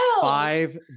five